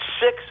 six